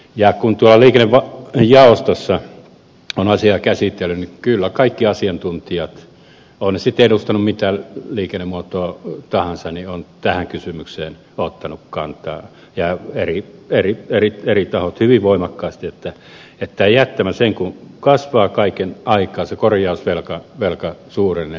ja kun liikennejaostossa on asiaa käsitellyt niin kyllä kaikki asiantuntijat ovat he sitten edustaneet mitä liikennemuotoa tahansa ovat tähän kysymykseen ottaneet kantaa eri tahot hyvin voimakkaasti että tämä jättämä sen kuin kasvaa kaiken aikaa se korjausvelka suurenee